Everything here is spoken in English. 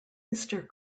mister